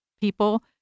people